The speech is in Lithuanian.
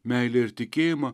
meilę ir tikėjimą